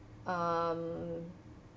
um